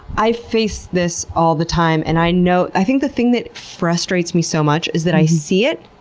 i face this all the time and i know. i think the thing that frustrates me so much is that i see it,